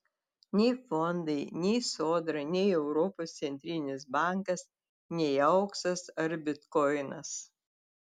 nei fondai nei sodra nei europos centrinis bankas nei auksas ar bitkoinas